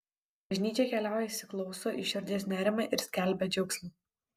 bažnyčia keliauja įsiklauso į širdies nerimą ir skelbia džiaugsmą